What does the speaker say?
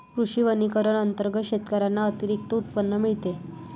कृषी वनीकरण अंतर्गत शेतकऱ्यांना अतिरिक्त उत्पन्न मिळते